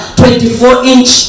24-inch